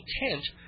intent